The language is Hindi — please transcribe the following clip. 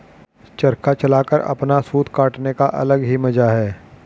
चरखा चलाकर अपना सूत काटने का अलग ही मजा है